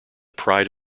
pride